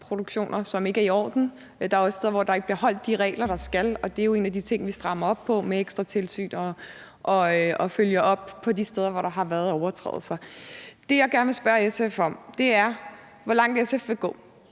svineproduktioner, som ikke er i orden. Der er også steder, hvor de regler, der skal overholdes, ikke bliver det, og det er jo en af de ting, vi strammer op på med ekstra tilsyn og opfølgning de steder, hvor der har været overtrædelser. Det, jeg gerne vil spørge SF om, er, hvor langt SF vil gå.